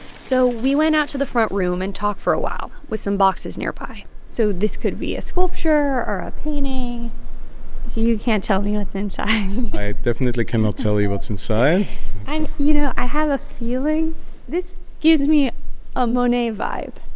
so we went out to the front room and talk for a while, with some boxes nearby so this could be a sculpture or a painting? so you can't tell me what's inside i definitely cannot tell you what's inside you know, i have a feeling this gives me a monet vibe.